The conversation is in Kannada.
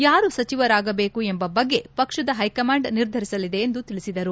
ಯಾರು ಸಚಿವರಾಗಬೇಕು ಎಂಬ ಬಗ್ಗೆ ಪಕ್ಷದ ಹೈಕಮಾಂಡ್ ನಿರ್ಧರಿಸಲಿದೆ ಎಂದು ತಿಳಿಸಿದರು